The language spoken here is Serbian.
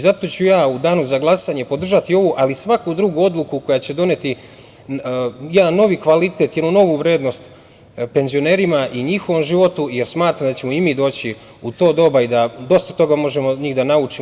Zato ću ja u danu za glasanje podržati ovu, ali i svaku drugu odluku koja će doneti jedan novi kvalitet, jednu novu vrednost penzionerima i njihovom životu, jer smatram da ćemo i mi doći u to doba i da dosta toga možemo od njih da naučimo.